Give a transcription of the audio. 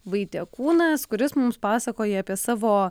vaitiekūnas kuris mums pasakoja apie savo